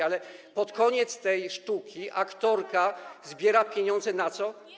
A pod koniec tej sztuki aktorka zbiera pieniądze na co?